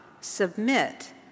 submit